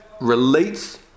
relates